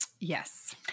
Yes